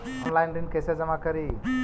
Online ऋण कैसे जमा करी?